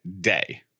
Day